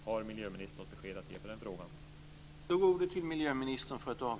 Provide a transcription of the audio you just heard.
Har miljöministern något besked att ge i den frågan?